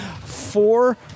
four